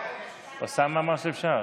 הצבעה, בבקשה.